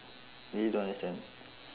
really don't understand